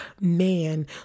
man